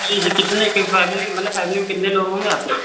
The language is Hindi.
जी जी कितने कि फैमिली मलब फैमिली में कितने लोग होंगे आपके